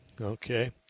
Okay